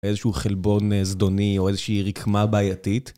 איזשהו חלבון זדוני או איזושהי רקמה בעייתית.